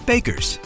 Bakers